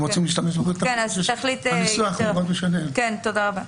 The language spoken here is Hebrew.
תודה רבה.